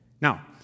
Now